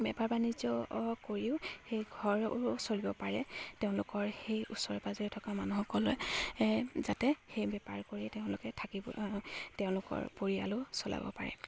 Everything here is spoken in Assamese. বেপাৰ বাণিজ্য কৰিও সেই ঘৰো চলিব পাৰে তেওঁলোকৰ সেই ওচৰে পাজৰে থকা মানুহসকলে যাতে সেই বেপাৰ কৰিয়ে তেওঁলোকে থাকিব তেওঁলোকৰ পৰিয়ালো চলাব পাৰে